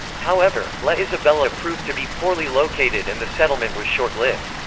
however, la isabela proved to be poorly located and the settlement was short-lived.